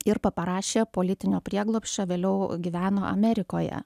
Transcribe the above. ir paprašė politinio prieglobsčio vėliau gyveno amerikoje